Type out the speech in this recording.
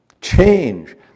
change